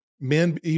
men